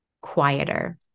quieter